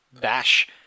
bash